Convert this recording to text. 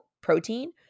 protein